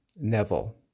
Neville